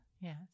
Yes